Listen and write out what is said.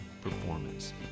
performance